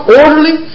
orderly